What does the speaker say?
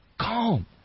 calm